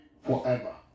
forever